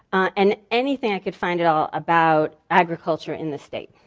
and anything i could find at all about agriculture in the state.